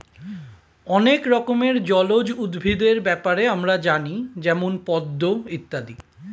অনেক রকমের জলজ উদ্ভিদের ব্যাপারে আমরা জানি যেমন পদ্ম ইত্যাদি